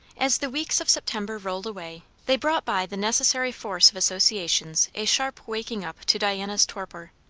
as the weeks of september rolled away, they brought by the necessary force of associations a sharp waking up to diana's torpor.